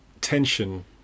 tension